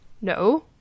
No